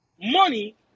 money